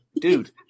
dude